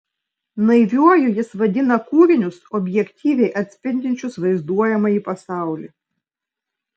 naiviuoju jis vadina kūrinius objektyviai atspindinčius vaizduojamąjį pasaulį